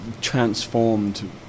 transformed